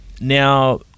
Now